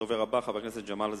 הדובר הבא, חבר הכנסת ג'מאל זחאלקה,